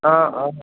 অঁ অঁ